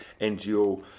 NGO